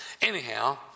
Anyhow